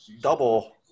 double